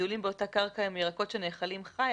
הגידולים באותה קרקע הם ירקות שנאכלים חי,